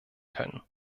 können